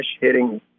hitting